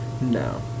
No